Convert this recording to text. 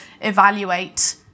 evaluate